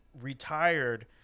Retired